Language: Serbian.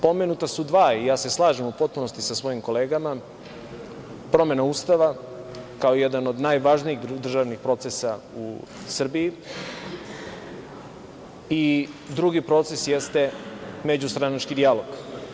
Pomenuta su dva i ja se u potpunosti slažem sa svojim kolegama, promena Ustava kao jedan od najvažnijih državnih procesa u Srbiji i drugi proces jeste međustranački dijalog.